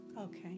Okay